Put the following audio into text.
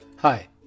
Hi